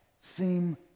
seem